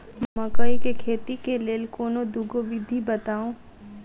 मकई केँ खेती केँ लेल कोनो दुगो विधि बताऊ?